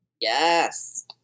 Yes